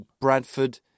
Bradford